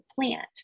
plant